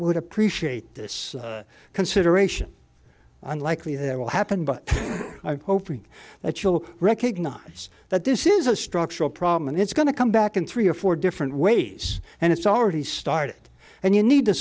would appreciate this consideration unlikely it will happen but i'm hoping that you'll recognize that this is a structural problem and it's going to come back in three or four different ways and it's already started and you need to